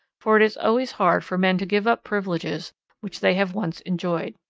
for it is always hard for men to give up privileges which they have once enjoyed.